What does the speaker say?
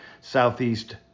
southeast